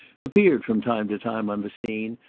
appeared from time to time on the scene,